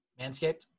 Manscaped